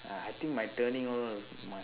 I think my turning all must